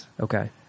Okay